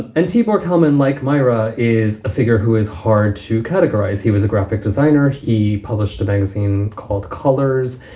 anti-pork kalman like myra is a figure who is hard to categorize. he was a graphic designer. he published a magazine called colors,